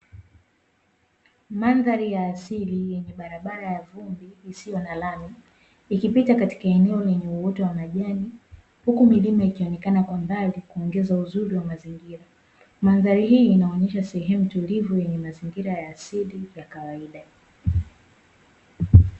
Mandhari ya asili yenye barabara ya vumbi isiyo na lami, ikipita katika eneo lenye uoto wa majani huku milima ikionekana kwa mbali kuongeza uzuri wa mazingira, mandhari hii inaonyesha sehemu tulivu yenye mazingira ya asili ya kawaida.